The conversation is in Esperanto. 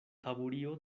taburio